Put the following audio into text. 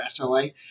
SLA